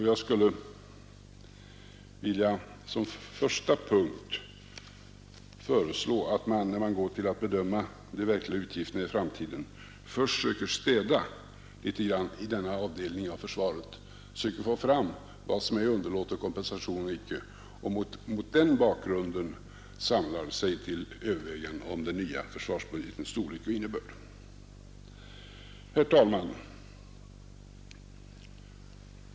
Jag skulle vilja som första punkt föreslå att man, när man går till att bedöma de verkliga utgifterna i framtiden, först söker städa i denna avdelning av försvaret, söker få fram vad som är underlåten kompensation och icke, och mot den bakgrunden samlar sig till överväganden om den nya försvarsbudgetens storlek och innebörd. Herr talman!